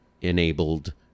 enabled